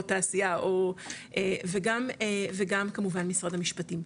או תעשייה וגם כמובן משרד המשפטים,